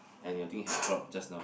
and your thing is drop just now